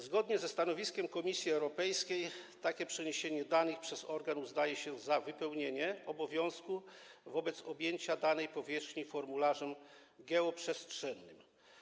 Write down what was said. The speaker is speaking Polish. Zgodnie ze stanowiskiem Komisji Europejskiej takie przeniesienie danych przez organ uznaje się za wypełnienie obowiązku wobec objęcia danej powierzchni formularzem geoprzestrzennym.